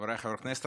חבריי חברי הכנסת,